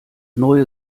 neue